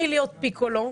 מלהיות פיקולו,